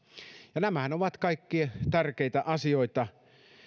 ja nämähän ovat kaikki tärkeitä asioita